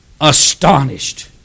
astonished